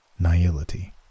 Nihility